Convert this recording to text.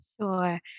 Sure